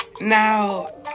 Now